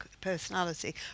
personality